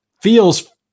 feels